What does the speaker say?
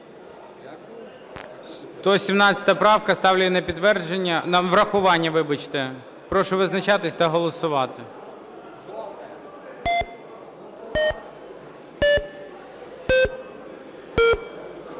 117 правка, ставлю її на підтвердження... на врахування, вибачте. Прошу визначатися та голосувати.